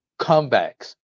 comebacks